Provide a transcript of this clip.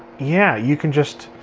yeah, you can just,